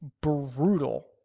brutal